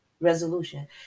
resolution